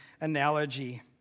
analogy